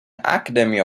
academy